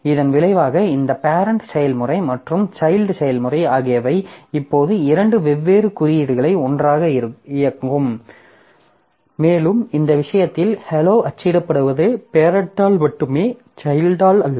இதன் விளைவாக இந்த பேரெண்ட் செயல்முறை மற்றும் சைல்ட் செயல்முறை ஆகியவை இப்போது இரண்டு வெவ்வேறு குறியீடுகளை ஒன்றாக இயக்கும் மேலும் இந்த விஷயத்தில் hello அச்சிடப்படுவது பேரெண்ட்டால் மட்டுமே சைல்ட்டால் அல்ல